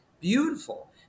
beautiful